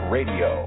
Radio